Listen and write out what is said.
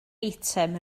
eitem